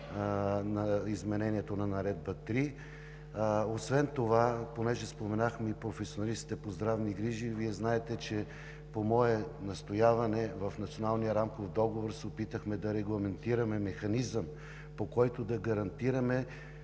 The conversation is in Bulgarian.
изменението на Наредба 3. Освен това понеже споменахме и професионалистите по здравни грижи, Вие знаете, че по мое настояване в Националния рамков договор се опитахме да регламентираме механизъм, по който да гарантираме